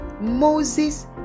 Moses